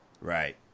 right